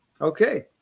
Okay